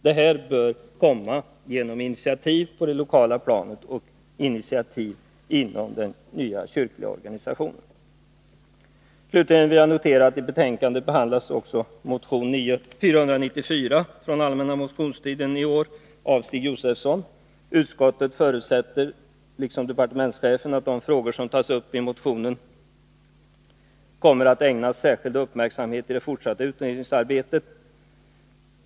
Detta bör komma genom initiativ på det lokala planet och initiativ inom den nya kyrkliga organisationen. Slutligen vill jag notera att i betänkandet också behandlas motion 494 av Stig Josefson m.fl. från allmänna motionstiden i år. Utskottet förutsätter liksom departementschefen att de frågor som tas upp i motionen kommer att ägnas särskild uppmärksamhet i det fortsatta utredningsarbetet.